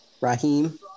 Raheem